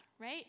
right